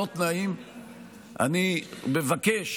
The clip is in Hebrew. אני מבקש